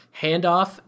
handoff